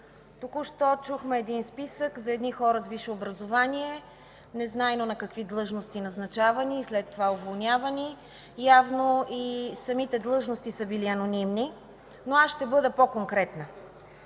Току-що чухме един списък за едни хора с висше образование, незнайно на какви длъжности назначавани и след това уволнявани – явно и самите длъжности са били анонимни, но аз ще бъда по-конкретна.